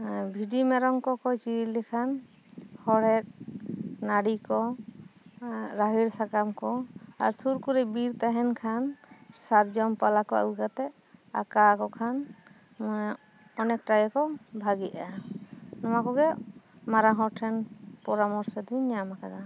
ᱟᱨ ᱵᱷᱤᱰᱤ ᱢᱮᱨᱚᱢ ᱠᱚᱠᱚ ᱪᱤᱰᱤᱨ ᱞᱮᱠᱷᱟᱱ ᱦᱚᱲᱮᱫ ᱱᱟᱹᱲᱤ ᱠᱚ ᱟᱨ ᱨᱟᱦᱮᱲ ᱥᱟᱠᱟᱢ ᱠᱚ ᱟᱨ ᱥᱩᱨ ᱠᱚᱨᱮ ᱵᱤᱨ ᱛᱟᱦᱮᱱ ᱠᱷᱟᱱ ᱥᱟᱨᱡᱚᱢ ᱯᱟᱞᱟ ᱠᱚ ᱟᱹᱜᱩ ᱠᱟᱛᱮᱫ ᱟᱠᱟᱣᱟᱠᱚ ᱠᱷᱟᱱ ᱱᱚᱣᱟ ᱚᱱᱮᱠᱴᱟ ᱜᱮᱠᱚ ᱵᱷᱟᱹᱜᱤᱜ ᱟ ᱱᱚᱣᱟ ᱠᱚᱜᱮ ᱢᱟᱨᱟᱝ ᱦᱚᱲ ᱴᱷᱮᱱ ᱯᱚᱨᱟᱢᱚᱨᱥᱚ ᱫᱩᱧ ᱧᱟᱢ ᱟᱠᱟᱫᱟ